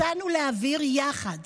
הצענו להעביר יחד